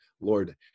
Lord